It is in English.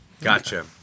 Gotcha